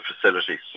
facilities